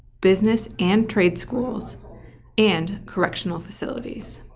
business and trade schools and correctional facilities.